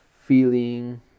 feeling